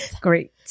Great